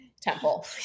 temple